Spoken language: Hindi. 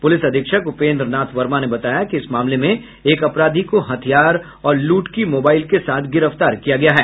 पुलिस अधीक्षक उपेंद्र नाथ वर्मा ने बताया कि इस मामले में एक अपराधी को हथियार और लूट की मोबाईल के साथ गिरफ्तार किया गया है